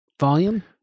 volume